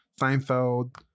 Seinfeld